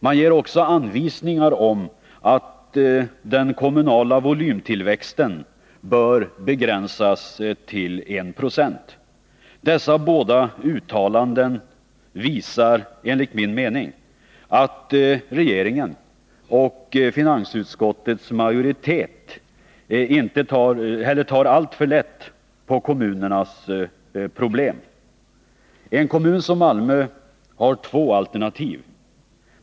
Man ger också anvisningar om att den kommunala volymtillväxten bör begränsas till 196. Dessa båda uttalanden visar enligt min mening att regeringen och finansutskottets majoritet tar alltför lätt på kommunernas problem. En kommun som Malmö har två alternativ.